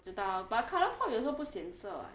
我知道 but Colourpop 有时候不显色 [what]